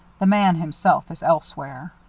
the man himself is elsewhere.